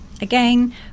again